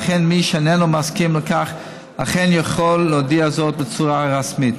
ומי שאיננו מסכים לכך אכן יכול להודיע זאת בצורה רשמית.